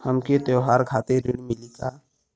हमके त्योहार खातिर ऋण मिली का?